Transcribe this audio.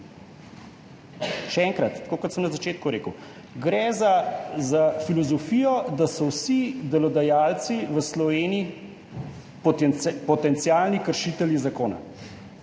Še enkrat, tako kot sem na začetku rekel, mislim, da gre za filozofijo, da so vsi delodajalci v Sloveniji potencialni kršitelji zakona.